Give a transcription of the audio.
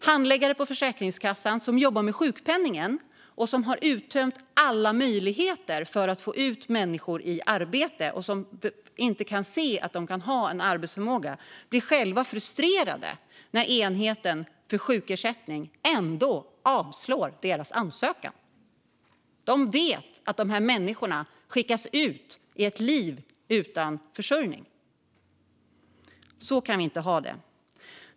Handläggare på Försäkringskassan som jobbar med sjukpenning, och som har uttömt alla möjligheter för att få ut människor i arbete - de har inte en arbetsförmåga - blir själva frustrerade när enheten för sjukersättning ändå avslår ansökningarna. De vet att dessa människor skickas ut i ett liv utan försörjning. Så kan vi inte ha det.